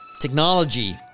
Technology